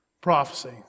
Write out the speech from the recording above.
prophecy